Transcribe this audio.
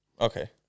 Okay